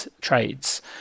trades